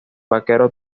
vaquero